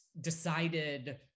decided